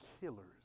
killers